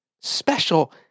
special